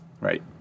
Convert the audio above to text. Right